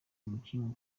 umukinnyi